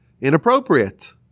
inappropriate